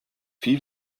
vieh